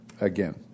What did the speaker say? again